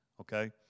okay